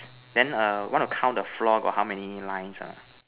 then err want to count the floor got how many lines or not